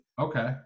Okay